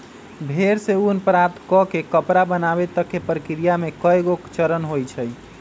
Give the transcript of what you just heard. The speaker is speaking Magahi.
भेड़ से ऊन प्राप्त कऽ के कपड़ा बनाबे तक के प्रक्रिया में कएगो चरण होइ छइ